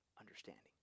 understanding